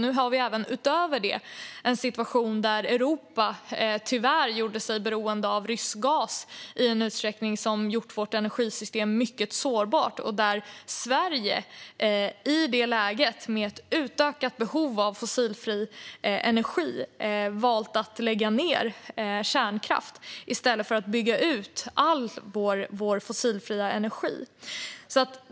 Nu har vi utöver detta en situation där Europa tyvärr gjort sig beroende av rysk gas i en utsträckning som har gjort energisystemet mycket sårbart. Sverige har i detta läge, med ett utökat behov av fossilfri energi, valt att lägga ned kärnkraft i stället för att bygga ut all sin fossilfria energi.